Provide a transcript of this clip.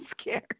scared